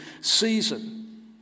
season